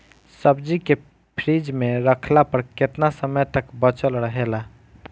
सब्जी के फिज में रखला पर केतना समय तक बचल रहेला?